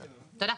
תודה.